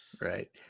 Right